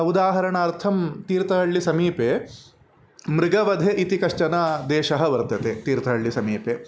उदाहरणार्थं तीर्थहळ्ळि समीपे मृगवधे इति कश्चन देशः वर्तते तीर्थहळ्ळिसमीपे